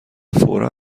فورا